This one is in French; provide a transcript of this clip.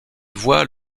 voit